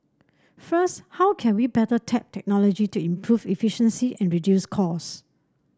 first how can we better tap technology to improve efficiency and reduce cost